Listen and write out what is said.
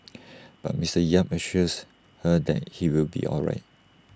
but Mister yap assures her that he will be all right